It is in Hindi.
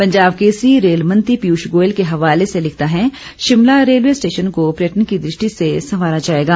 पंजाब केसरी रेल मंत्री पीयूष गोयल के हवाले से लिखता है शिमला रेलवे स्टेशन को पर्यटन की दृष्टि से संवारा जायेगा